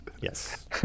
Yes